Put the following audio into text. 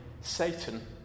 Satan